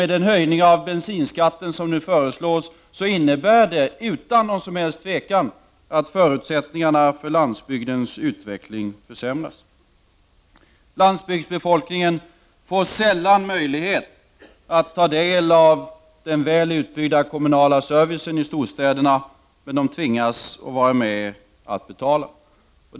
Den höjning av bensinskatten som nu föreslås innebär utan tvivel att förutsättningarna för landsbygdens utveckling försämras. Landsbygdsbefolkningen får sällan möjlighet att ta del av den väl utbyggda kommunala servicen i storstäderna, men de tvingas att vara med och betala den.